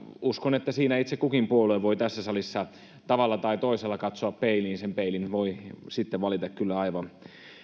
uskon että siinä itse kukin puolue voi tässä salissa tavalla tai toisella katsoa peiliin sen peilin voi sitten valita kyllä aivan